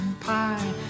Pie